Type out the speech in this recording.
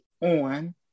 on